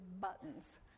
buttons